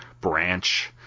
branch